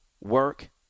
work